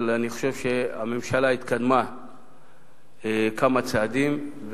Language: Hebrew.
אבל אני חושב שהממשלה התקדמה כמה צעדים,